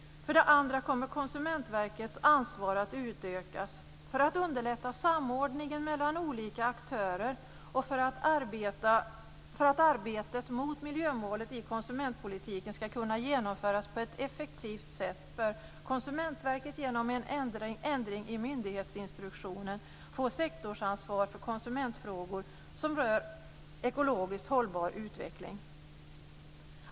För det andra kommer Konsumentverkets ansvar att utökas. För att underlätta samordningen mellan olika aktörer och för att arbetet för miljömålet i konsumentpolitiken skall kunna genomföras på ett effektivt sätt bör Konsumentverket genom en ändring i myndighetsinstruktionen få sektorsansvar för konsumentfrågor som rör ekologiskt hållbar utveckling.